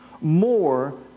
More